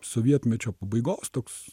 sovietmečio pabaigos toks